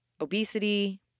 obesity